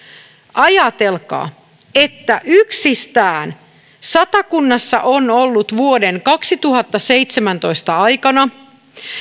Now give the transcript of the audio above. ajatelkaa että yksistään satakunnassa on ollut vuoden kaksituhattaseitsemäntoista aikana